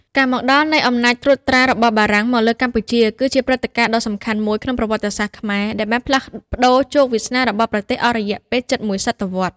ការមកដល់នៃអំណាចត្រួតត្រារបស់បារាំងមកលើកម្ពុជា គឺជាព្រឹត្តិការណ៍ដ៏សំខាន់មួយក្នុងប្រវត្តិសាស្ត្រខ្មែរ ដែលបានផ្លាស់ប្តូរជោគវាសនារបស់ប្រទេសអស់រយៈពេលជិតមួយសតវត្សរ៍។